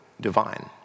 divine